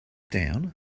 down